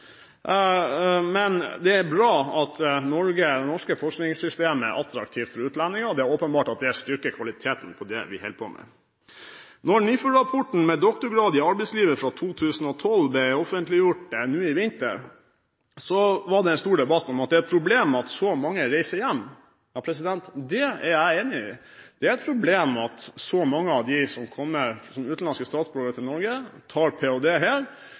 Men det er bra at Norge og norske forskningssystemer er attraktivt for utlendinger. Det er åpenbart at det styrker kvaliteten på det vi holder på med. Da NIFU-rapporten fra 2012, Med doktorgrad i arbeidslivet, ble offentliggjort i vinter, var det en stor debatt om at det er et problem at så mange reiser hjem. Det er jeg enig i. Det er et problem at så mange av de utenlandske statsborgerne som kommer til Norge, forlater landet med en gang de har tatt sin ph.d. her.